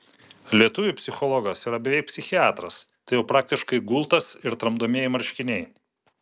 lietuviui psichologas yra beveik psichiatras tai jau praktiškai gultas ir tramdomieji marškiniai